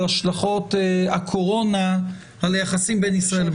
על השלכות הקורונה על היחסים בין ישראל למדינות אחרות.